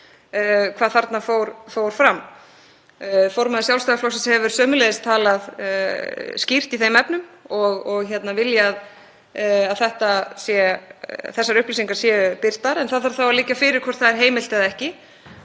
hvað þarna fór fram. Formaður Sjálfstæðisflokksins hefur sömuleiðis talað skýrt í þeim efnum og viljað að þessar upplýsingar séu birtar, en það þarf þá að liggja fyrir hvort það er heimilt eða ekki.